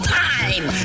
time